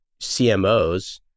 CMOs